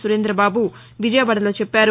సురేందబాబు విజయవాడలో చెప్పారు